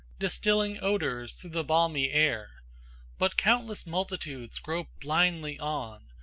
distilling odors through the balmy air but countless multitudes grope blindly on,